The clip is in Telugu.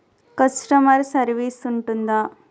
కస్టమర్ సర్వీస్ ఉంటుందా?